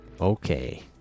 okay